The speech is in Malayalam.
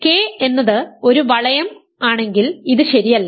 K എന്നത് ഒരു വളയം ആണെങ്കിൽ ഇത് ശരിയല്ല